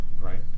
right